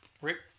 Rick